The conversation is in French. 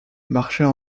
marchait